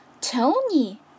Tony